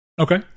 Okay